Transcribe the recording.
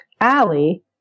Allie